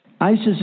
ISIS